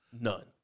None